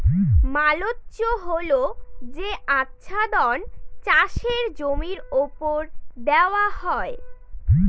mulch হল যে আচ্ছাদন চাষের জমির ওপর দেওয়া হয়